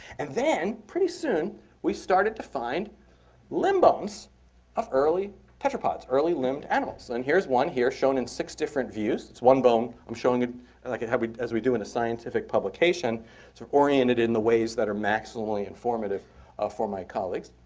and then pretty soon we started to find limb bones of early tetrapods, early limbed animals. and here's one here shown in six different views. it's one bone. i'm showing it and like it as we do in a scientific publication to orient it in the ways that are maximally informative for my colleagues.